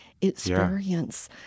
experience